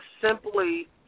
simply